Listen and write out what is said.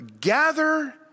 gather